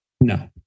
No